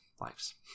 lives